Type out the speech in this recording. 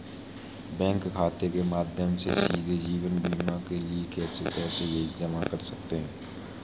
Bank खाते के माध्यम से सीधे जीवन बीमा के लिए पैसे को कैसे जमा करें?